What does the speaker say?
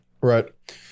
right